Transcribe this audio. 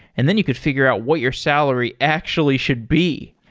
and then you could figure out what your salary actually should be.